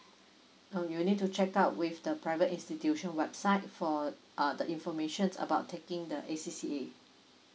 um you need to check out with the private institution website for uh the informations about taking the A_C_C_A